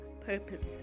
purpose